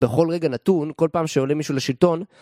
בכל רגע נתון, כל פעם שעולה מישהו לשלטון